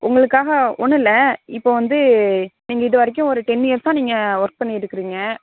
உங்களுக்காக ஒன்றும் இல்லை இப்போ வந்து நீங்கள் இது வரைக்கும் ஒரு டென் இயர்ஸ்ஸாக நீங்கள் ஒர்க் பண்ணிகிட்ருக்குறீங்க